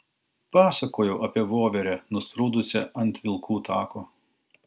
pasakojau apie voverę nusprūdusią ant vilkų tako